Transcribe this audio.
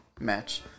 match